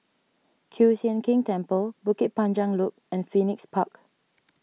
Kiew Sian King Temple Bukit Panjang Loop and Phoenix Park